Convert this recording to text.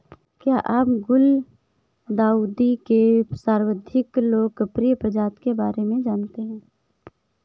क्या आप गुलदाउदी के सर्वाधिक लोकप्रिय प्रजाति के बारे में जानते हैं?